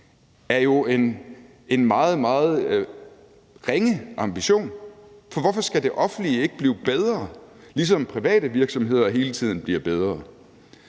en meget, meget ringe ambition. For hvorfor skal det offentlige ikke blive bedre, ligesom private virksomheder hele tiden bliver bedre?